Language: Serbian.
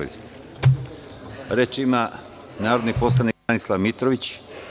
Reč ima narodni poslanik Branislav Mitrović.